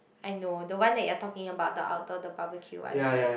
I know the one that you're talking about the outdoor the barbeque one is it